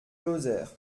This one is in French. lozère